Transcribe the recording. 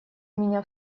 меня